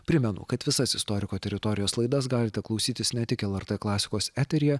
primenu kad visas istoriko teritorijos laidas galite klausytis ne tik lrt klasikos eteryje